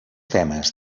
temes